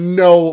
no